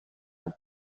what